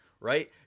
right